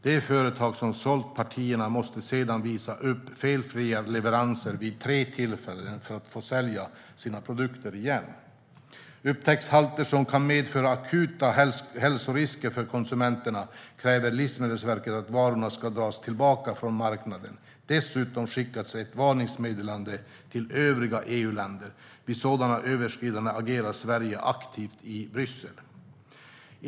Det företag som sålt partierna måste sedan visa upp felfria leveranser vid tre tillfällen för att få sälja sina produkter igen. Upptäcks halter som kan medföra akuta hälsorisker för konsumenterna kräver Livsmedelsverket att varorna ska dras tillbaka från marknaden. Dessutom skickas ett varningsmeddelande till övriga EU-länder. Vid sådana överskridanden agerar Sverige aktivt i Bryssel.